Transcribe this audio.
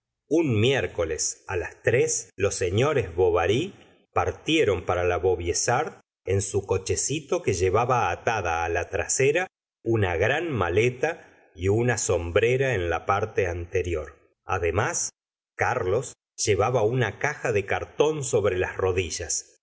un miércoles las tres los señores bovary partieron para la vaubyessard en su cochecito que lle la señora de bovary vaba atada la trasera una gran maleta y una sombrera en la parte anterior adems carlos llevaba una caja de cartón sobre las rodillas